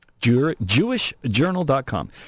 jewishjournal.com